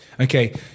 Okay